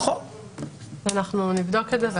אנחנו נבדוק את זה.